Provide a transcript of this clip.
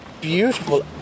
beautiful